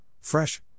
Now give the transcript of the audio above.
Fresh